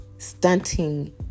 Stunting